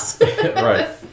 right